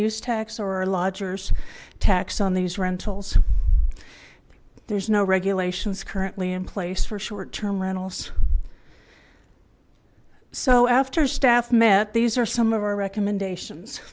use tax or our lodger tax on these rentals there's no regulations currently in place for short term rentals so after staff met these are some of our recommendations